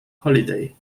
holiday